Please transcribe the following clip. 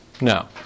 No